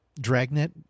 Dragnet